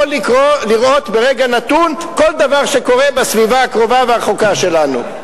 יכול לראות ברגע נתון כל דבר שקורה בסביבה הקרובה והרחוקה שלנו.